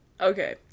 Okay